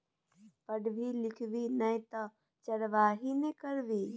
पढ़बी लिखभी नै तँ चरवाहिये ने करभी